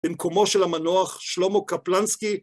במקומו של המנוח שלמה קפלנסקי.